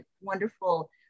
wonderful